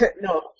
No